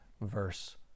verse